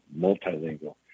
multilingual